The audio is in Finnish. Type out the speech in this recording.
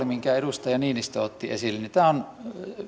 minkä edustaja niinistö otti esille on